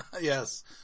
Yes